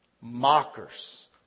mockers